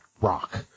rock